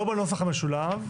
לא בנוסח המשולב.